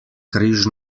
križ